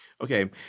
Okay